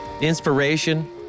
inspiration